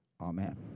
Amen